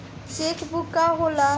Check book का होला?